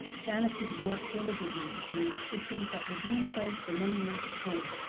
janice has worked diligently to create systems that will be in place for many years to come.